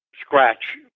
scratch